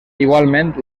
igualment